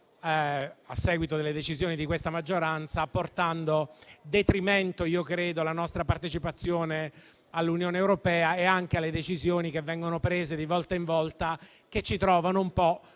a seguito delle decisioni di questa maggioranza. E ciò ha portato detrimento - io credo - alla nostra partecipazione all'Unione europea e alle decisioni che vengono prese di volta in volta, che ci trovano un po'